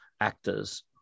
actors